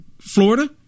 Florida